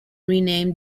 renamed